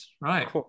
right